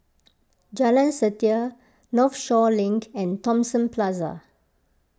Jalan Setia Northshore Link and Thomson Plaza